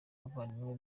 abavandimwe